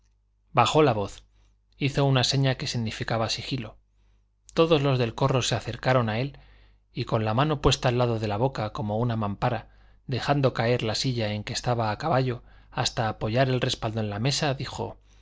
bajó la voz hizo una seña que significaba sigilo todos los del corro se acercaron a él y con la mano puesta al lado de la boca como una mampara dejando caer la silla en que estaba a caballo hasta apoyar el respaldo en la mesa dijo